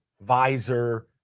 visor